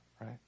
right